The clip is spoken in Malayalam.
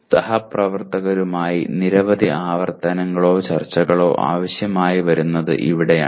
സഹപ്രവർത്തകരുമായി നിരവധി ആവർത്തനങ്ങളോ ചർച്ചകളോ ആവശ്യമായി വരുന്നത് ഇവിടെയാണ്